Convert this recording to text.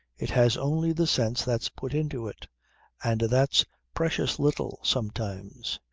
it has only the sense that's put into it and that's precious little sometimes.